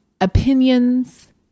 opinions